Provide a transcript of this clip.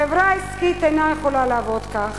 חברה עסקית אינה יכולה לעבוד כך.